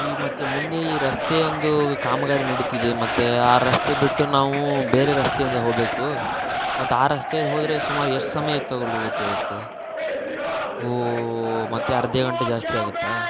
ಈ ಮತ್ತು ಮುಂದೆ ಈ ರಸ್ತೆ ಒಂದು ಕಾಮಗಾರಿ ನಡಿತಿದೆ ಮತ್ತು ಆ ರಸ್ತೆ ಬಿಟ್ಟು ನಾವು ಬೇರೆ ರಸ್ತೆಯಿಂದ ಹೋಗಬೇಕು ಮತ್ತು ಆ ರಸ್ತೆಯಲ್ಲಿ ಹೋದರೆ ಸುಮಾರು ಎಷ್ಟು ಸಮಯ ತಗೊಳು ತಗೊಳುತ್ತೆ ಓ ಮತ್ತು ಅರ್ಧ ಗಂಟೆ ಜಾಸ್ತಿ ಆಗುತ್ತಾ